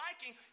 liking